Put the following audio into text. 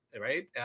right